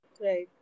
Right